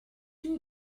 two